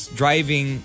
driving